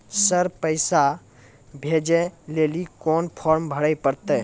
Sir पैसा भेजै लेली कोन फॉर्म भरे परतै?